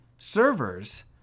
servers